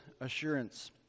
Assurance